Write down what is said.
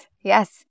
yes